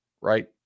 right